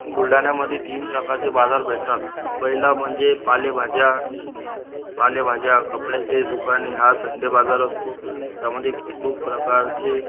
बुलढाण्यामध्ये तीन प्रकारचे बाजार भेटतात पहिला म्हणजे पालेभाज्या पालेभाज्या कपड्याचे दुकाने हा संडे बाजार असतो त्यामध्ये खूप प्रकारचे